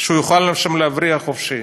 שהוא יוכל שם להבריח חופשי.